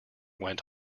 went